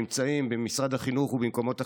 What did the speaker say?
נמצאים במשרד החינוך ובמקומות אחרים,